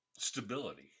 Stability